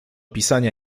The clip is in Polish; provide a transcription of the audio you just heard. pisania